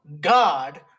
God